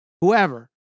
whoever